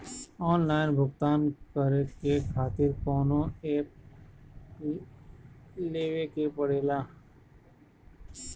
Online भुगतान करके के खातिर कौनो ऐप लेवेके पड़ेला?